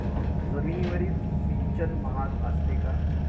जमिनीवरील सिंचन महाग असते का?